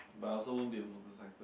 but I also won't be a motorcycle